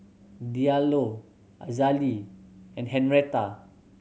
Diallo Azalee and Henretta